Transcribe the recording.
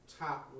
top